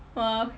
!wah!